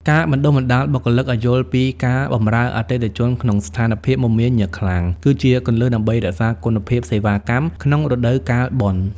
ការបណ្តុះបណ្តាលបុគ្គលិកឱ្យយល់ពីការបម្រើអតិថិជនក្នុងស្ថានភាពមមាញឹកខ្លាំង គឺជាគន្លឹះដើម្បីរក្សាគុណភាពសេវាកម្មក្នុងរដូវកាលបុណ្យ។